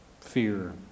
fear